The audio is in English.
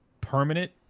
permanent